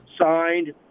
signed